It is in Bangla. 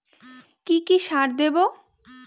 কি কি সার দেবো?